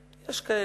יש כאלה,